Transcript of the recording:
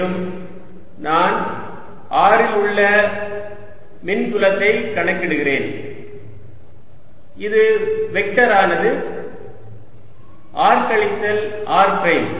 மேலும் நான் r இல் உள்ள மின்புலத்தை கணக்கிடுகிறேன் இந்த வெக்டரானது r கழித்தல் r பிரைம்